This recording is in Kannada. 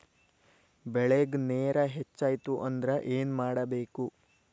ಬೆಳೇಗ್ ನೇರ ಹೆಚ್ಚಾಯ್ತು ಅಂದ್ರೆ ಏನು ಮಾಡಬೇಕು?